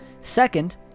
Second